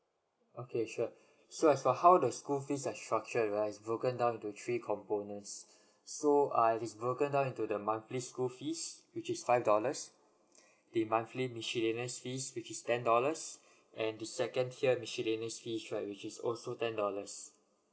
okay sure so as for how the school fees are structured right is broken down into three components so uh it's broken down into the monthly school fees which is five dollars the monthly miscellaneous fees which is ten dollars and the second tier miscellaneous fees right which is also ten dollars